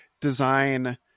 design